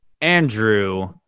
Andrew